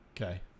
Okay